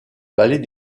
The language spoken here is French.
palais